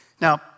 Now